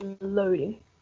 Loading